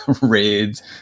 RAIDs